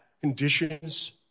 conditions